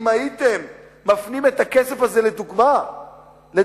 אם הייתם מפנים את הכסף הזה, לדוגמה להכרה